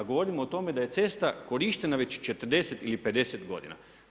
Govorimo o tome da je cesta korištenja već 40 ili 50 godina.